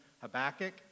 Habakkuk